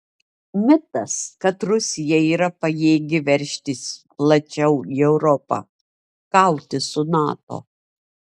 mitas kad rusija yra pajėgi veržtis plačiau į europą kautis su nato